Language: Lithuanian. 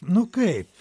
nu kaip